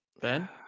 Ben